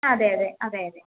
അതെ അതെ അതെ അതെ